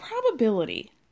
probability